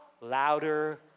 Louder